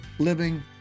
living